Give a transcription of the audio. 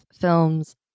films